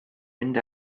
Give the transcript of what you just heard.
mynd